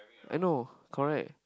ah no correct